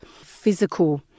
physical